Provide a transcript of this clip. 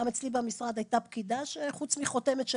גם אצלי במשרד הייתה פקידה שחוץ מחותמת של